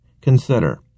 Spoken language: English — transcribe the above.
Consider